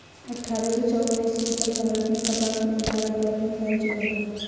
अट्ठारह सौ चौवन ईस्वी तक भारत में कपास मिल भारत भर में फैल चुका था